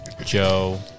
Joe